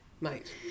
Mate